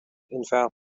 invalid